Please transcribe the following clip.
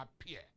appear